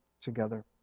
together